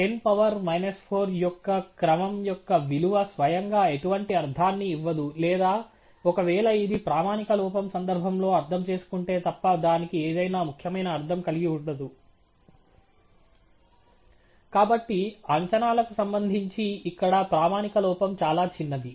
కాబట్టి 10 power minus 4 యొక్క క్రమం యొక్క విలువ స్వయంగా ఎటువంటి అర్ధాన్ని ఇవ్వదు లేదా ఒకవేళ ఇది ప్రామాణిక లోపం సందర్భంలో అర్థం చేసుకుంటే తప్ప దానికి ఏదైనా ముఖ్యమైన అర్ధం కలిగి ఉండదు కాబట్టి అంచనాలకు సంబంధించి ఇక్కడ ప్రామాణిక లోపం చాలా చిన్నది